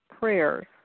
prayers